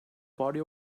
body